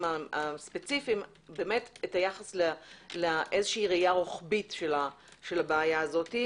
הספציפיים את היחס לראייה רוחבית של הבעיה הזאת,